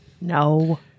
no